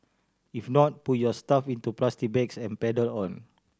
if not put your stuff into plastic bags and pedal on